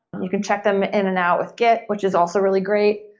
and you can check them in and out with git, which is also really great.